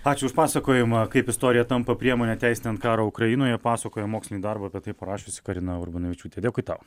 ačiū už pasakojimą kaip istorija tampa priemone teisinant karą ukrainoje pasakojo mokslinį darbą apie tai parašiusi karina urbonavičiūtė dėkui tau